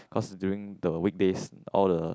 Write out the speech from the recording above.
cause during the weekdays all the